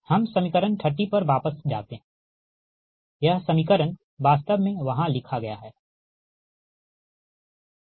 हम समीकरण 30 पर वापस जाते हैं यह समीकरण वास्तव में वहाँ लिखा गया है ठीक है